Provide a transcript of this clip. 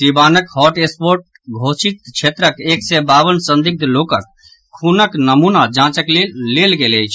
सीवानक हॉटस्पॉट घोषित क्षेत्रक एक सय बावन संदग्धि लोकक खूनक नमूना जांचक लेल लेग गेल अछि